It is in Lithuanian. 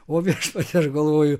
o viešpatie aš galvoju